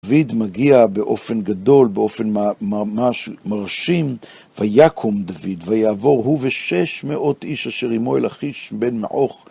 דוד מגיע באופן גדול, באופן ממש מרשים, ויקום דוד, ויעבור הוא ושש מאות איש, אשר אמו הלכיש בן מאוך.